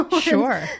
Sure